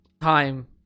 time